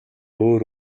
өөр